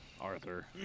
Arthur